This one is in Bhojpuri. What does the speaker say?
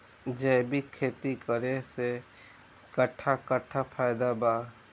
जैविक खेती करे से कट्ठा कट्ठा फायदा बा?